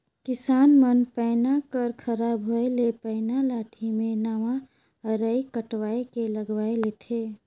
किसान मन पैना कर खराब होए ले पैना लाठी मे नावा अरई कटवाए के लगवाए लेथे